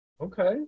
Okay